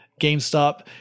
GameStop